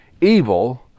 evil